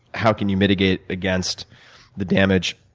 how can you mitigate against the damage?